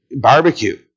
barbecue